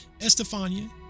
Estefania